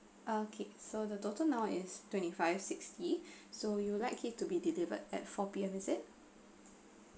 okay so the total now is twenty five sixty so you would like it to be delivered at four P_M is it